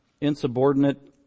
insubordinate